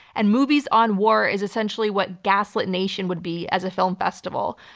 and movies on war is essentially what gaslit nation would be as a film festival.